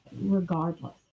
Regardless